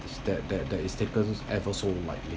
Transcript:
that that that is taken ever so lightly